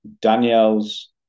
Danielle's